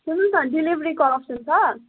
सुन्नुहोस् न डेलिभरीको अप्सन छ